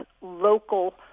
local